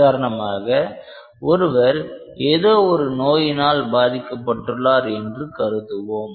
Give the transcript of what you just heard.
உதாரணமாக ஒருவர் ஏதோ ஒரு நோயினால் பாதிக்கப்பட்டுள்ளார் என்று கருதுவோம்